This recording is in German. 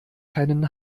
keinen